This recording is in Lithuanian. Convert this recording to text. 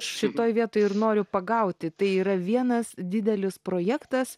šitoj vietoj ir noriu pagauti tai yra vienas didelis projektas